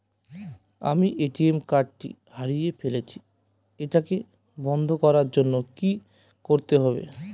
আমি ATM card টি হারিয়ে ফেলেছি এটাকে বন্ধ করার জন্য কি করতে হবে?